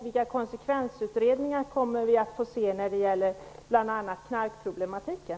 Vilka konsekvensutredningar kommer vi att få se när det gäller bl.a. knarkproblematiken?